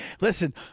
listen